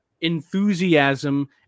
enthusiasm